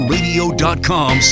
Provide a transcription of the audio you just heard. Radio.com